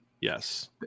yes